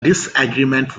disagreement